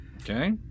Okay